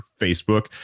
facebook